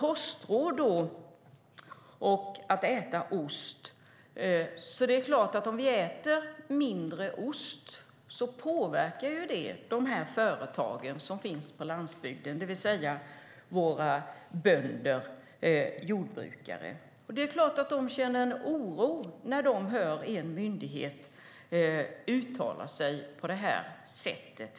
Om vi äter mindre ost påverkar det självklart företag som finns på landsbygden, det vill säga våra bönder och jordbrukare. Det är klart att de känner oro när de hör en myndighet uttala sig på det här sättet.